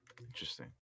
Interesting